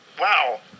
Wow